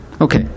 Okay